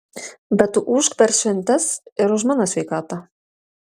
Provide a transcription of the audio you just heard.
bet tu ūžk per šventes ir už mano sveikatą